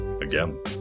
again